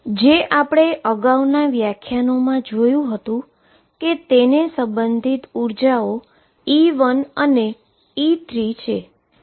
જે આપણે અગાઉના વ્યાખ્યાનોમાં જોયુ હતુ કે તેને સંબંધિત એનર્જીઓ E1 અને E3 છે